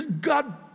God